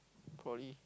probably